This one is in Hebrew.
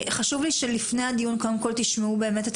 חשוב לי שלפני הדיון קודם כל תשמעו באמת את